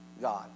God